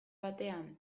batean